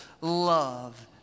love